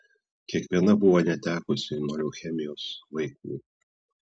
kiekviena buvo netekusi nuo leukemijos vaikų